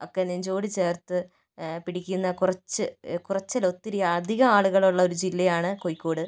ഒക്കെ നെഞ്ചോട് ചേർത്ത് പിടിക്കുന്ന കുറച്ച് കുറച്ചല്ല ഒത്തിരി അധികം ആളുകളുള്ള ഒരു ജില്ലയാണ് കോഴിക്കോട്